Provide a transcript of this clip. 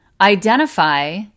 identify